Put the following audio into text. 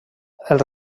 els